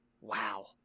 Wow